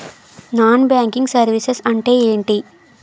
Non banking services అంటే ఎంటి?